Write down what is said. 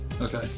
Okay